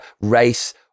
race